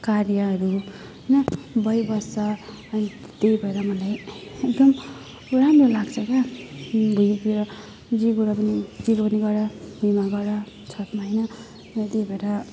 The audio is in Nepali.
कार्यहरू होइन भइबस्छ अनि त्यही भएर मलाई एकदम राम्रो लाग्छ क्या भुइँतिर गर पनि जे पनि गर भुइँमा गर छतमा होइन मलाई त्यही भएर